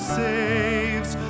saves